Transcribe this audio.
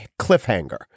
cliffhanger